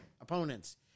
opponents